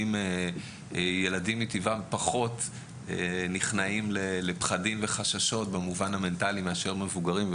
ילדים מטבעם פחות נכנעים לפחדים וחששות במובן המנטלי מאשר מבוגרים,